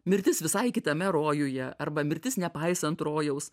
mirtis visai kitame rojuje arba mirtis nepaisant rojaus